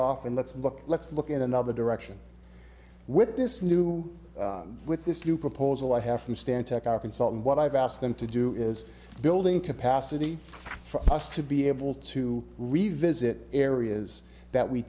off and let's look let's look in another direction with this new with this new proposal i have from stan tech our consultant what i've asked them to do is building capacity for us to be able to revisit areas that we